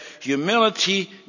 humility